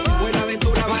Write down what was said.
Buenaventura